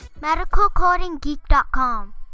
MedicalCodingGeek.com